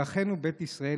אל אחינו בית ישראל,